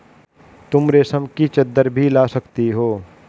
तुम रेशम की चद्दर भी ला सकती हो